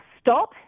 stop